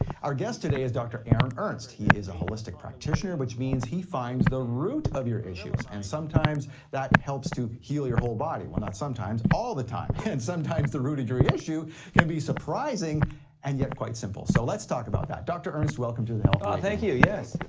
our guest today is dr. aaron ernst, he is a holistic practitioner, which means he finds the root of your issues and sometimes that helps to heal your whole body. well not sometimes, all the time, and sometimes the root of your issue can be surprising and yet quite simple, so let's talk about that. dr. ernst, welcome to the health awakening. oh thank you, yes.